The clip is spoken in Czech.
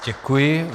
Děkuji.